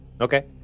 Okay